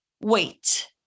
wait